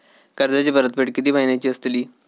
कर्जाची परतफेड कीती महिन्याची असतली?